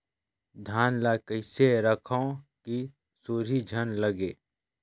धान ल कइसे रखव कि सुरही झन लगे?